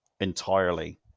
entirely